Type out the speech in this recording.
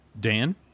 Dan